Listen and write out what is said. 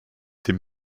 dem